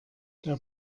der